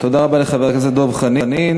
תודה לחבר הכנסת דב חנין.